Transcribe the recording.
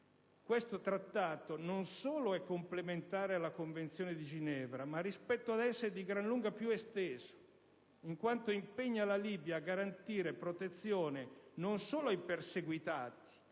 Questo trattato, non solo è complementare alla Convenzione di Ginevra, ma rispetto ad essa è di gran lunga più esteso, in quanto impegna la Libia a garantire protezione, non solo ai perseguitati,